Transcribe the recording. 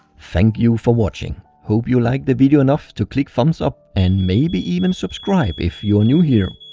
thank you for watching! hope you liked the video enough to click thumbs up and maybe even subscribe if you are new here.